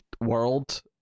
world